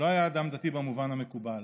לא היה אדם דתי במובן המקובל,